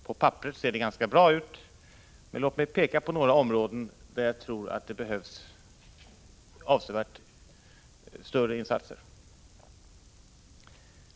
På papperet ser det ganska bra ut. Men låt mig peka på några områden där jag tror att avsevärt större insatser behövs.